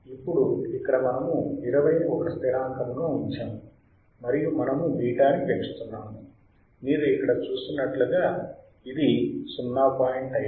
ఇప్పుడు ఇక్కడ మనము 20 ని ఒక స్థిరాంకముగా ఉంచాము మరియు మనము β ని పెంచుతున్నాము మీరు ఇక్కడ చూస్తున్నట్లుగా ఇది 0